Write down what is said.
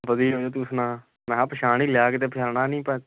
ਵਧੀਆ ਵੀਰ ਤੂੰ ਸੁਣਾ ਮੈਂ ਕਿਹਾ ਪਛਾਣ ਹੀ ਲਿਆ ਕਿਤੇ ਪਛਾਣਨਾ ਨਹੀਂ ਤੈਂ